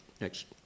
next